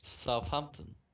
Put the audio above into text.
Southampton